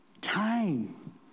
time